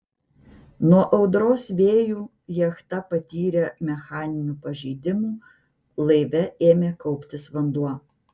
nuo audros vėjų jachta patyrė mechaninių pažeidimų laive ėmė kauptis vanduo